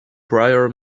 prior